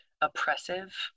oppressive